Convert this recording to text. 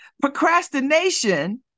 Procrastination